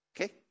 Okay